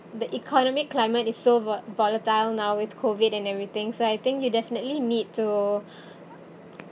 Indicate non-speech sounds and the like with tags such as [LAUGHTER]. the economic climate is so vo~ volatile now with COVID and everything so I think you definitely need to [BREATH]